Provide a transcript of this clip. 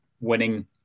winning